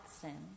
sin